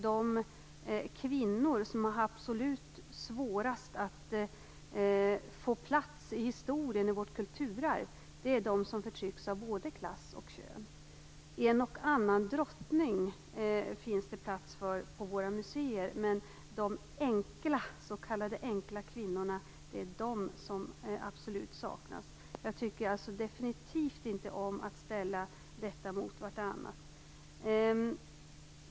De kvinnor som har haft absolut svårast att få plats i historien, i vårt kulturarv, är de som förtryckts av både klass och kön. En och annan drottning finns det plats för på våra museer, men de s.k. enkla kvinnorna är de som absolut saknas. Jag tycker alltså definitivt inte om att ställa de här sakerna mot varandra.